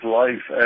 life